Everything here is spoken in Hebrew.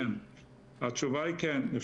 התשובה היא כן.